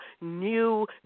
new